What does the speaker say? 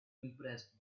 impressed